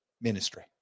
ministry